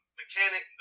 mechanic